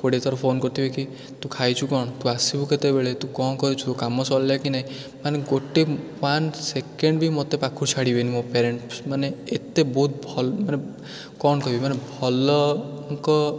କୋଡ଼ିଏଥର phone କରୁଥିବେ କି ତୁ ଖାଇଛୁ କ'ଣ ତୁ ଆସିବୁ କେତେବେଳେ ତୁ କ'ଣ କରୁଛୁ କାମ ସରିଲା କି ନାଇଁ ମାନେ ଗୋଟେ ଓ୍ୱାନ୍ ସେକେଣ୍ଡ୍ ବି ମୋତେ ପାଖରୁ ଛାଡ଼ିବେନି ମୋ ପ୍ୟାରେଣ୍ଟସ୍ ମାନେ ଏତେ ବହୁତ ଭଲ ମାନେ କ'ଣ କହିବି ଭଲଙ୍କ